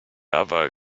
other